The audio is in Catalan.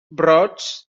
brots